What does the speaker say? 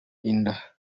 inda